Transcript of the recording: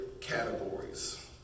categories